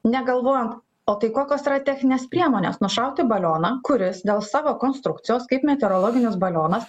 negalvojant o tai kokios yra techninės priemonės nušauti balioną kuris dėl savo konstrukcijos kaip meteorologinis balionas